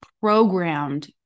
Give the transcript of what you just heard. programmed